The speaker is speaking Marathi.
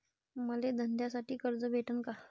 मले धंद्यासाठी कर्ज भेटन का?